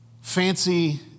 fancy